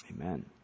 Amen